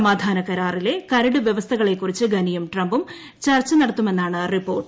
സമാധാനക്കരാറിലെ കരടു വ്യവസ്ഥകളെക്കുറിച്ച് ഗനിയും ട്രംപും ചർച്ച നടത്തുമെന്നാണ് റിപ്പോർട്ട്